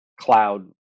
cloud